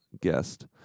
guest